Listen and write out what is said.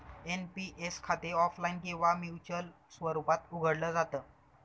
NPS खाते offline किंवा manual स्वरूपात उघडलं जात